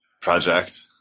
project